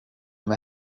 med